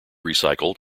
recycled